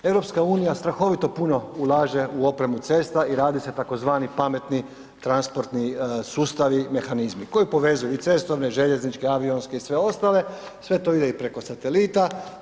EU strahovito puno ulaže u opremu cesta i radi se tzv. pametni transportni sustavi, mehanizmi koji povezuju i cestovne i željezničke, avionske i sve ostale, sve to ide i preko satelita.